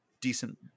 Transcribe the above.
decent